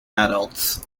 adults